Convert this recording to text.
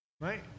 right